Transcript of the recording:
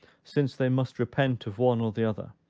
since they must repent of one or the other,